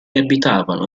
abitavano